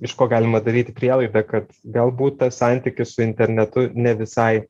iš ko galima daryti prielaidą kad galbūt tas santykis su internetu ne visai